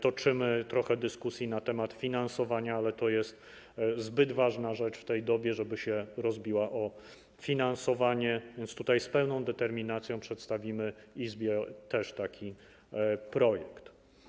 Toczymy trochę dyskusji na temat finansowania, ale to jest zbyt ważna rzecz w tej dobie, żeby się rozbiła o finansowanie, więc tutaj z pełną determinacją przedstawimy Izbie też taki projekt.